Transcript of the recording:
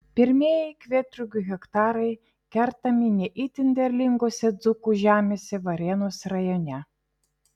pirmieji kvietrugių hektarai kertami ne itin derlingose dzūkų žemėse varėnos rajone